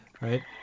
right